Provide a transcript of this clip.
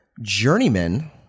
Journeyman